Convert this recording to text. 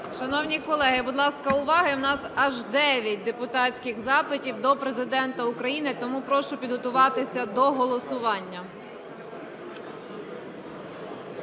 Шановні колеги, будь ласка, увага! У нас аж 9 депутатських запитів до Президента України, тому прошу підготуватися до голосування.